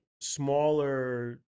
smaller